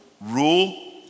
rule